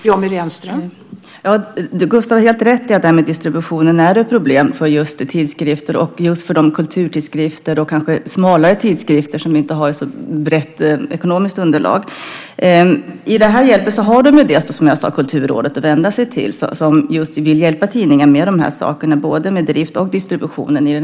Fru talman! Gustav har helt rätt i att distributionen är ett problem för tidskrifter och just för kulturtidskrifter och kanske smalare tidskrifter som inte har så brett ekonomiskt underlag. I det här läget har de Kulturrådet att vända sig till som vill hjälpa tidningarna med både drift och distribution.